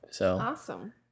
Awesome